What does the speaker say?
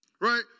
Right